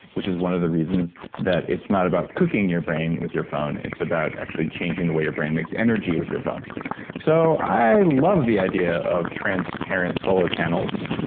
which is one of the reasons that it's not about cooking your brain with your phone, it's about actually changing the way your brain makes energy with your phone so i love the idea of transparent solar panels,